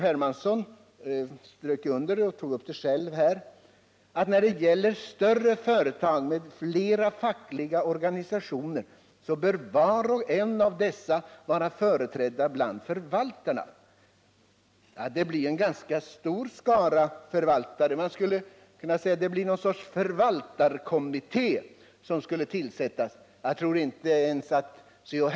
Hermansson strök själv under det här — att när det gäller större företag med flera fackliga organisationer, bör var och en av dessa vara företrädd bland förvaltarna. Det blir en ganska stor skara förvaltare — man skulle kunna säga att någon sorts förvaltarkommitté skulle tillsättas. Jag tror inte att ens C.-H.